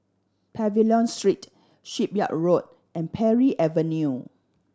Pavilion Street Shipyard Road and Parry Avenue